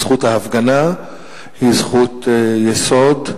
זכות ההפגנה היא זכות יסוד,